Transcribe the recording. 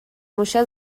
موشه